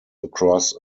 across